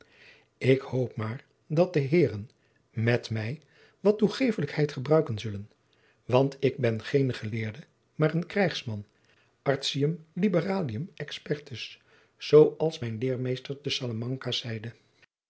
ik hoop maar dat de heeren met mij wat toegeeflijkheid gebruiken zullen want ik ben geen geleerde maar een krijgsman artium liberalium expertus zoo als mijn leermeester te salamanka zeide